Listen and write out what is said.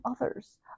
others